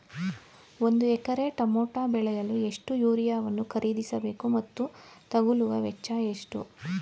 ಒಂದು acre tomato ಬೆಳೆಯಲು ಎಷ್ಟು ಯೂರಿಯಾವನ್ನು ಖರೀದಿಸ ಬೇಕು ಮತ್ತು ತಗಲುವ ವೆಚ್ಚ ಎಷ್ಟು?